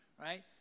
right